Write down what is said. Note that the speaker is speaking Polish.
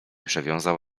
przewiązał